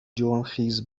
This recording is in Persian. جرمخیز